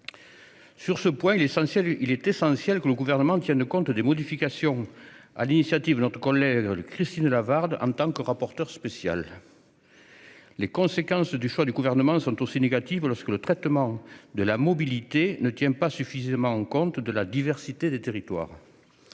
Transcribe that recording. Sur ce point, il est essentiel que le Gouvernement tienne compte des modifications proposées par Christine Lavarde en tant que rapporteur spécial. Les conséquences des choix du Gouvernement sont aussi négatives lorsque le traitement de la mobilité ne tient pas suffisamment compte de la diversité des territoires.